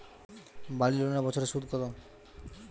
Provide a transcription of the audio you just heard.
বাড়ি লোনের বছরে সুদ কত?